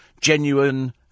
genuine